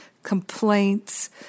Complaints